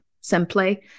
simply